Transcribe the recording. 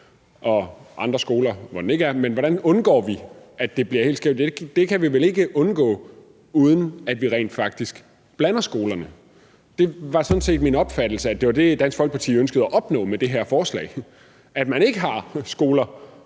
og andre skoler, hvor den ikke er. Men hvordan undgår vi, at det bliver helt skævt? Det kan vi vel ikke undgå, uden at vi rent faktisk blander eleverne i skolerne. Det var sådan set min opfattelse, at det var det, Dansk Folkeparti ønskede at opnå med det her forslag, altså at man ikke har skoler,